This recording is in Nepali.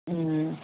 अँ